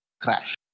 crash